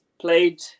played